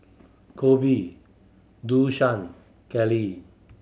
Koby Dosha Kellie